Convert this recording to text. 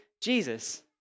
Jesus